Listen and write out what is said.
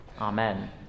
Amen